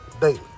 daily